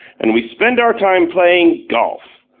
and we spend our time playing golf!